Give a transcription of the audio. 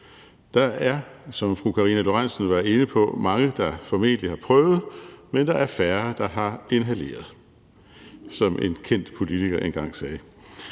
Der er, som fru Karina Lorentzen Dehnhardt var inde på, mange, der formentlig har prøvet, men der er færre, der har inhaleret, som en kendt politiker engang sagde.